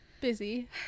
Busy